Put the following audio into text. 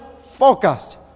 focused